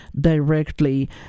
directly